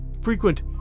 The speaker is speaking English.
frequent